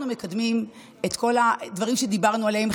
אנחנו מקדמים את כל הדברים שדיברנו עליהם.